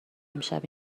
امشب